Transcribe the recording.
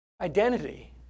Identity